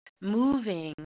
moving